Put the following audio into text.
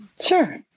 Sure